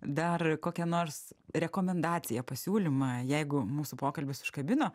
dar kokią nors rekomendaciją pasiūlymą jeigu mūsų pokalbis užkabino